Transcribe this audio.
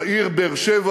לעיר באר-שבע